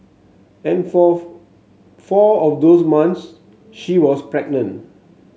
and for four of those months she was pregnant